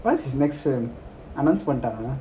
what's his next film announce பண்ணிட்டாங்களா:pannidangkala